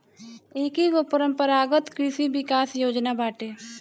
एकेगो परम्परागत कृषि विकास योजना बाटे